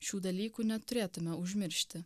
šių dalykų neturėtume užmiršti